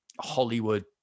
Hollywood